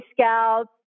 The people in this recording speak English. Scouts